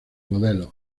modelos